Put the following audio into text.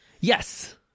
Yes